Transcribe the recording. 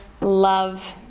love